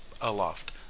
aloft